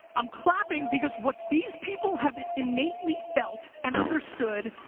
i'm clapping, because what these people have innately felt, and understood,